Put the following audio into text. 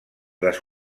les